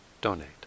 donate